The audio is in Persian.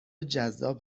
جذاب